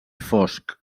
fosc